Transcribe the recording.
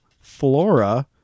Flora